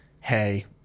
hey